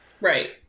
Right